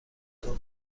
اتاق